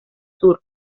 sur